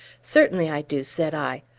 certainly i do, said i.